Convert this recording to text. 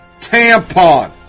tampon